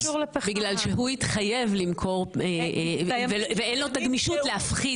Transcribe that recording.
בגלל שהוא התחייב למכור ואין לו את הגמישות להפחית.